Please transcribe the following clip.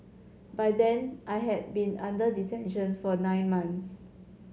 by then I had been under detention for nine months